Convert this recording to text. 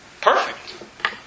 Perfect